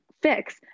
fix